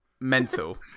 Mental